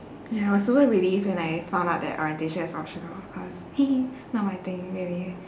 ya I was super relieved when I found out that orientation is optional cause not my thing really